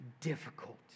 difficult